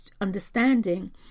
understanding